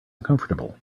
uncomfortable